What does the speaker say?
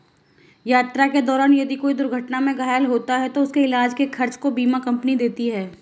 यात्रा के दौरान यदि कोई दुर्घटना में घायल होता है तो उसके इलाज के खर्च को बीमा कम्पनी देती है